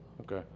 okay